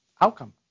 outcome